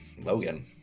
Logan